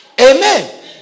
Amen